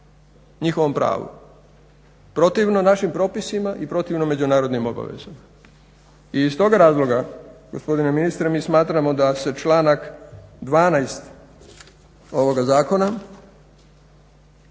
njihovom pravu, protivno našim propisima i protivno međunarodnim obavezama. I iz toga razloga gospodine ministre mi smatramo da se članak 12. ovoga zakona